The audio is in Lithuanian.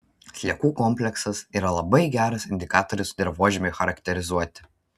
sliekų kompleksas yra labai geras indikatorius dirvožemiui charakterizuoti